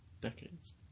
decades